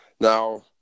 Now –